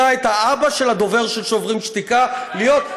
את האבא של הדובר של שוברים שתיקה להיות,